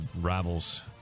rivals